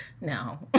No